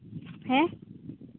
ᱦᱮᱸ